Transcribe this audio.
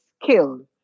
killed